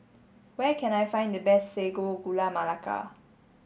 where can I find the best Sago Gula Melaka